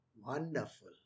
wonderful